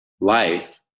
life